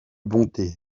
bonté